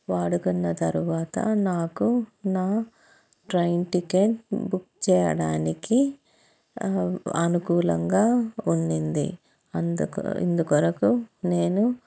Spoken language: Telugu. వాడుకున్న తరువాత నాకు నా ట్రైన్ టికెట్ బుక్ చేయడానికి అనుకూలంగా ఉన్నింది అందుకు ఇందుకొరకు నేను